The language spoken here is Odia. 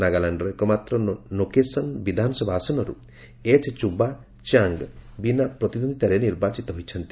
ନାଗାଲାଣ୍ଡର ଏକମାତ୍ର ନୋକ୍ସେନ୍ ବିଧାନସଭା ଆସନରୁ ଏଚ୍ ଚୁବା ଚାଙ୍ଗ ବିନା ପ୍ରତିଦ୍ୱନ୍ଦିତାରେ ନିର୍ବାଚିତ ହୋଇଛନ୍ତି